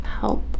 help